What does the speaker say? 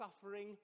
suffering